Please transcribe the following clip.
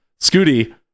Scooty